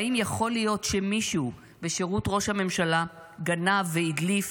והאם יכול להיות שמישהו בשירות ראש הממשלה גנב והדליף